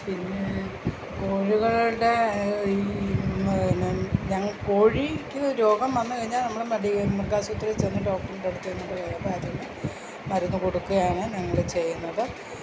പിന്നേ കോഴികളുടെ കോഴിക്ക് രോഗം വന്നു കഴിഞ്ഞ നമ്മൾ മടീ മൃഗാശുപത്രി ചെന്നു ഡോക്ടറുടെ അടുത്തു ചെന്നിട്ട് മരുന്ന് മരുന്ന് കൊടുക്കുകയാണ് ഞങ്ങൾ ചെയ്യുന്നത്